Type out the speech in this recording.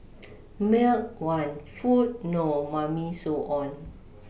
milk want food no Mummy so on